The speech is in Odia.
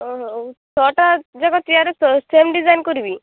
ହଁ ହଉ ଛଅଟା ଯାକ ଚେୟାର୍ ସେମ୍ ଡିଜାଇନ୍ କରିବି